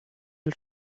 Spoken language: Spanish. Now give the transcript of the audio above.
del